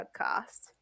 podcast